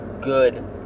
good